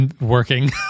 working